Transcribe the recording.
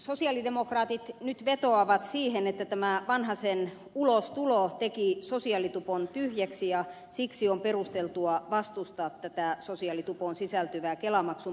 sosialidemokraatit vetoavat nyt siihen että tämä vanhasen ulostulo teki sosiaalitupon tyhjäksi ja siksi on perusteltua vastustaa tätä sosiaalitupoon sisältyvää kelamaksun poistoa